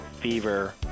fever